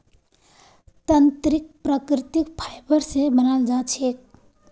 तंत्रीक प्राकृतिक फाइबर स बनाल जा छेक